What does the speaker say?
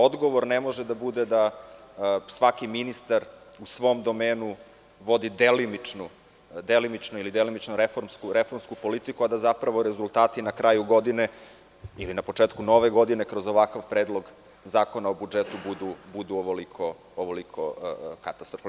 Odgovor ne može da bude da svaki ministar u svom domenu vodi delimično ili delimično reformsku politiku, a da zapravo rezultati na kraju godine ili na početku nove godine kroz ovakav Predlog zakona o budžetu budu ovoliko katastrofalni.